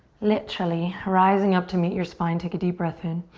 literally, rising up to meet your spine. take a deep breath in.